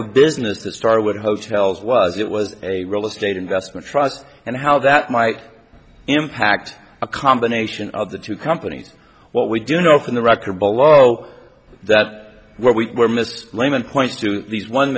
of business the starwood hotels was it was a real estate investment trust and how that might impact a combination of the two companies what we do know from the record below that where we were missed lehmann points to these one